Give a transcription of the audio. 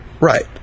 Right